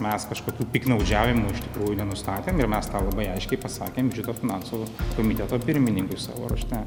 mes kažkokių piktnaudžiavimų iš tikrųjų nenustatėm ir mes tą labai aiškiai pasakėm šito finansų komiteto pirmininkui savo rašte